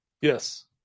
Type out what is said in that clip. Yes